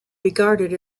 regarded